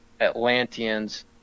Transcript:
Atlanteans